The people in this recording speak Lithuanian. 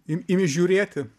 im imi žiūrėti